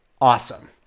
awesome